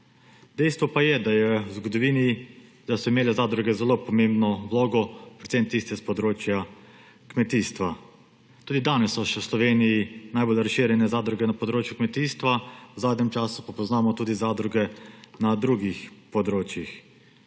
Dejstvo je, da so imele v zgodovini zadruge zelo pomembno vlogo, predvsem tiste s področja kmetijstva. Tudi danes so v Sloveniji najbolj razširjene zadruge na področju kmetijstva, v zadnjem času pa poznamo tudi zadruge na drugih področjih.